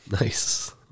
Nice